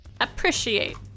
Appreciate